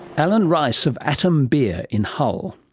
allan rice of atom beer, in hull.